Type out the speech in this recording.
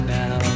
now